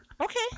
Okay